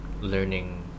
learning